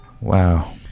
Wow